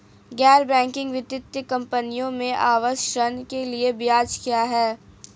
गैर बैंकिंग वित्तीय कंपनियों में आवास ऋण के लिए ब्याज क्या है?